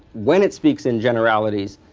when it speaks in generalities,